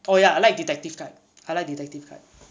oh ya like detective type I like detective type